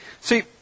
See